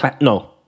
No